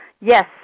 Yes